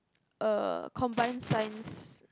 uh combined science